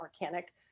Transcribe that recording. organic